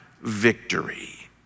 victory